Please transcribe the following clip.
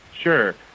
Sure